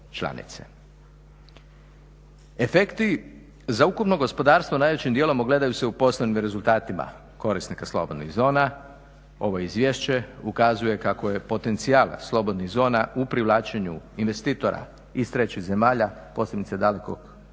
Efekti za ukupno gospodarstvo najvećim dijelom ogledaju se u poslovnim rezultatima korisnika slobodnih zona. Ovo Izvješće ukazuje kako je potencijal slobodnih zona u privlačenju investitora iz trećih zemalja posebice Dalekog Istoka